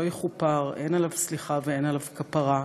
שלא יכופר, אין עליו סליחה ואין עליו כפרה,